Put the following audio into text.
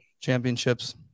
Championships